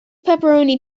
pepperoni